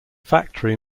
factory